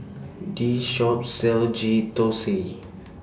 This Shop sells Ghee Thosai